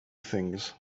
things